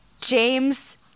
James